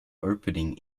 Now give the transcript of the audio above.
opening